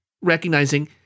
recognizing